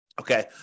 okay